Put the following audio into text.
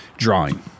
Drawing